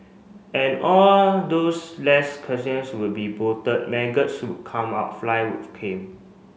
and all those less will be bloated maggots come out fly with came